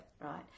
right